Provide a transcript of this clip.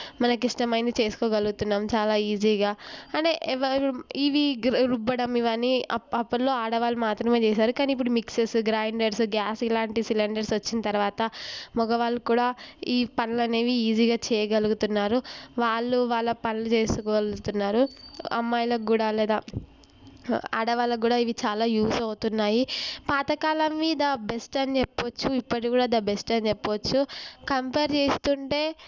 మనకు ఇష్టమైనది చేసుకోగలుగుతున్నాం చాలా ఈజీగా కానీ ఎవరు ఇవి రుబ్బడం ఇవన్నీ అప్ అప్పటిలో ఆడవాళ్ళు మాత్రమే చేశారు కానీ ఇప్పుడు మిక్సర్స్ గ్రైండర్స్ గ్యాస్ ఇలాంటి సిలిండర్స్ వచ్చిన తర్వాత మగవాళ్ళు కూడా ఈ పనులనేవి ఈజీగా చేయగలుగుతున్నారు వాళ్ళు వాళ్ళ పనులు చేసుకోగలుగుతున్నారు అమ్మాయిలకు కూడా లేదా ఆడవాళ్ళకు కూడా ఇవి చాలా యూజ్ అవుతున్నాయి పాతకాలానివి ద బెస్ట్ అని చెప్పొచ్చు ఇప్పటికి కూడా ద బెస్ట్ అని చెప్పొచ్చు కంపేర్ చేస్తుంటే